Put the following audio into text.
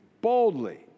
boldly